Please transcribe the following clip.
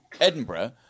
Edinburgh